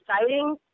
exciting